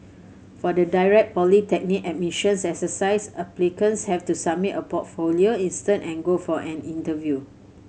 for the direct polytechnic admissions exercise applicants have to submit a portfolio instead and go for an interview